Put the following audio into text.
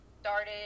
started